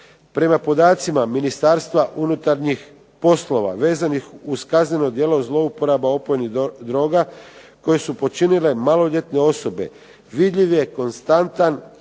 Prema podacima Ministarstva unutarnjih poslova vezanih uz kazneno djelo zlouporaba opojnih droga koje su počinile maloljetne osobe vidljiv je konstantan